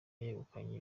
yegukanye